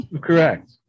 Correct